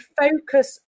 focus